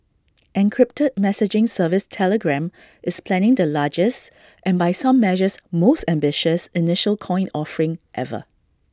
encrypted messaging service Telegram is planning the largest and by some measures most ambitious initial coin offering ever